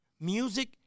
music